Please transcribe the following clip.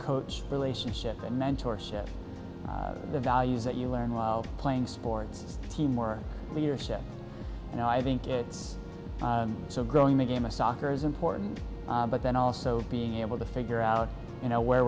coach relationship and mentor share the values that you learn while playing sports team or leadership and i think it's so growing the game of soccer is important but then also being able to figure out you know where